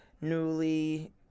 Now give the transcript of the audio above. newly